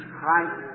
Christ